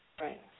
right